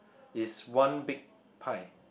is one big pie